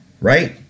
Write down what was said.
right